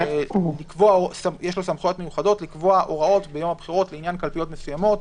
לקבוע הוראות ביום הבחירות לעניין קלפיות מסוימות,